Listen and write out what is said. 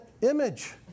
image